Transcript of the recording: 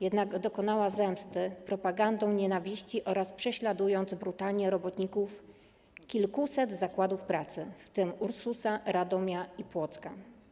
Jednak dokonała zemsty, używając propagandy nienawiści oraz prześladując brutalnie robotników kilkuset zakładów pracy, w tym Ursusa, Radomia i Płocka.